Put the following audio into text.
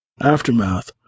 Aftermath